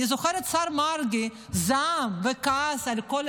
אני זוכרת את השר מרגי שזעם וכעס על כל האירוע,